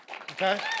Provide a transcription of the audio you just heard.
Okay